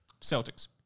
Celtics